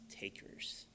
takers